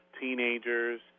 teenagers